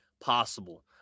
possible